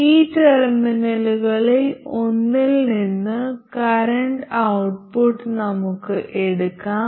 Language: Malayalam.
ഈ ടെർമിനലുകളിൽ ഒന്നിൽ നിന്ന് കറന്റ് ഔട്ട്പുട്ട് നമുക്ക് എടുക്കാം